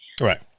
Right